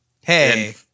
Hey